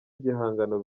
igihangano